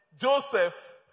Joseph